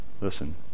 Listen